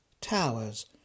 towers